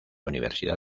universidad